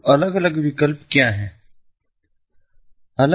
तो अलग अलग विकल्प क्या हैं